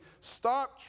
stop